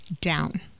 down